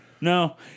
No